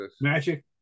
Magic